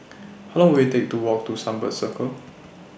How Long Will IT Take to Walk to Sunbird Circle